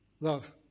Love